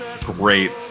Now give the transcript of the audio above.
great